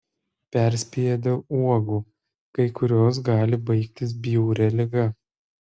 perspėja dėl uogų kai kurios gali baigtis bjauria liga